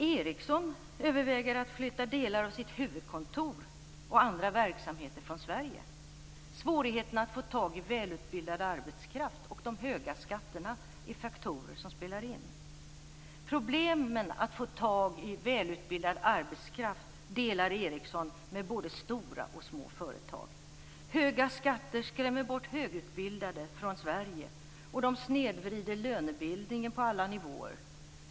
Ericsson överväger att flytta delar av sitt huvudkontor och andra verksamheter från Sverige. Svårigheterna att få tag i välutbildad arbetskraft och de höga skatterna är faktorer som spelar in. Problem med att få tag i välutbildad arbetskraft delar Ericsson med både stora och små företag. Höga skatter skrämmer bort högutbildade från Sverige, och de snedvrider lönebildningen på alla nivåer.